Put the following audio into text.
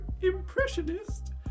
impressionist